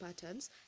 patterns